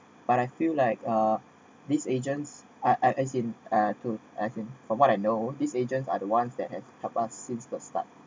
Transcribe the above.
but I feel like uh these agents uh as in uh to as in from what I know these agents are the ones that have helped us since the start